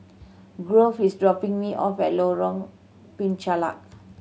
Grove is dropping me off at Lorong Penchalak